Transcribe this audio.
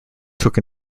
took